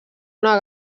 una